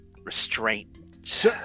Restraint